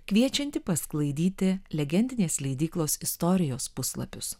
kviečianti pasklaidyti legendinės leidyklos istorijos puslapius